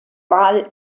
wahl